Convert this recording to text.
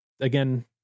again